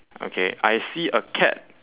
okay I see a cat